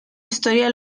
historia